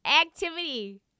activity